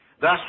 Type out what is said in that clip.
Thus